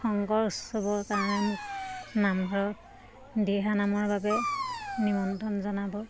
শংকৰ উৎসৱৰ কাৰণে মোক নামঘৰ দিহানামৰ বাবে নিমন্ত্ৰণ জনাব